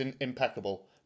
impeccable